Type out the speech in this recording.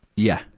yeah.